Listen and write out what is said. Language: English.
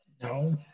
No